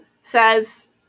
says